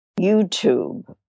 YouTube